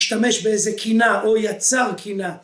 ‫להשתמש באיזו קינה או יצר קינה.